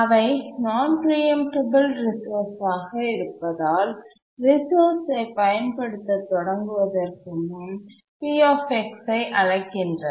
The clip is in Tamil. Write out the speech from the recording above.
அவை நான் பிரீஎம்டபல் ரிசோர்ஸ் ஆக இருப்பதால் ரிசோர்ஸ்ஐ பயன்படுத்தத் தொடங்குவதற்கு முன் Pஐ அழைக்கின்றன